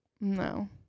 No